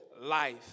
life